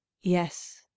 yes